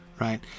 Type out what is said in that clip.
right